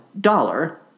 dollar